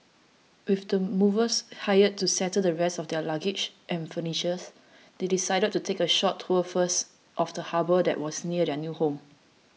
with the movers hired to settle the rest of their luggage and furnitures they decided to take a short tour first of the harbour that was near their new home